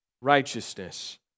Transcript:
Righteousness